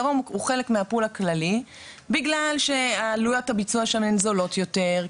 הדרום הוא חלק מהפול הכללי בגלל שעלויות הביצוע שלהם זולות יותר,